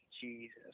Jesus